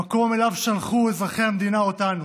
המקום שאליו שלחו אזרחי המדינה אותנו,